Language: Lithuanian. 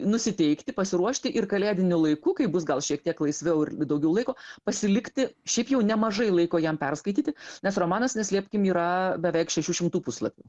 nusiteikti pasiruošti ir kalėdiniu laiku kai bus gal šiek tiek laisviau ir daugiau laiko pasilikti šiaip jau nemažai laiko jam perskaityti nes romanas neslėpkim yra beveik šešių šimtų puslapių